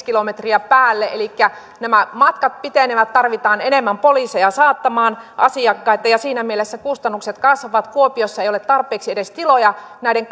kilometriä päälle elikkä nämä matkat pitenevät tarvitaan enemmän poliiseja saattamaan asiakkaita ja siinä mielessä kustannukset kasvavat kuopiossa ei ole edes tarpeeksi tiloja näiden